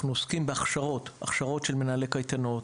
עוסקים בהכשרות הכשרות של מנהלי קייטנות,